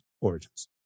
Origins